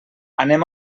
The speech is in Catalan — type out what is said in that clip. anem